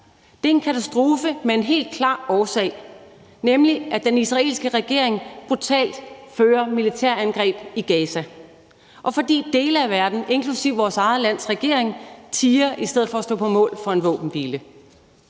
Det er en katastrofe med en helt klar årsag, nemlig at den israelske regering brutalt udfører militærangreb i Gaza, og at dele af verden, inklusive vores eget lands regering, tier i stedet for at stå på mål for en våbenhvile.